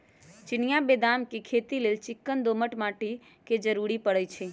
चिनियाँ बेदाम के खेती लेल चिक्कन दोमट उपजाऊ माटी के जरूरी पड़इ छइ